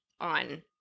on